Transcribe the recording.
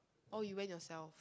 oh you went yourself